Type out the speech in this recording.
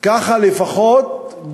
ככה לפחות,